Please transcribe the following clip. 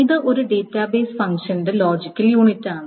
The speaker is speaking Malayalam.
ഇത് ഒരു ഡാറ്റാബേസ് ഫംഗ്ഷന്റെ ലോജിക്കൽ യൂണിറ്റാണ്